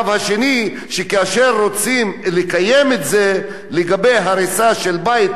כאשר רוצים לקיים את זה לגבי הריסה של בית פה ושם,